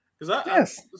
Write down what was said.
Yes